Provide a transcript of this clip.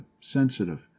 sensitive